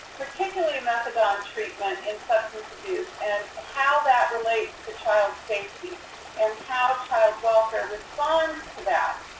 particularly methadone treatment in substance abuse and how that relates to child safety and how child welfare responds to that.